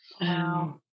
Wow